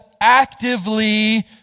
actively